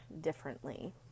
differently